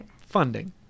Funding